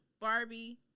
Barbie